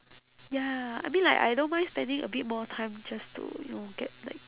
ya I mean like I don't mind spending a bit more time just to you know get like